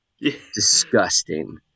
Disgusting